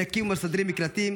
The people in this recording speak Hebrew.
מנקים ומסדרים מקלטים,